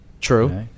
True